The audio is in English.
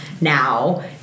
now